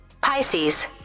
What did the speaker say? Pisces